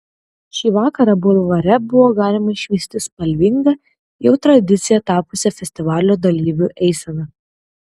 šį vakarą bulvare buvo galima išvysti spalvingą jau tradicija tapusią festivalio dalyvių eiseną